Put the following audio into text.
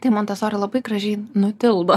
tai montesori labai gražiai nutildo